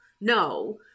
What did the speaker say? no